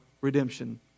redemption